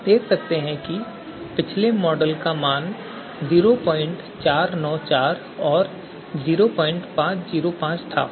आप देख सकते हैं कि पिछले मॉडल का मान 0494 और 0505 था